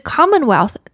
Commonwealth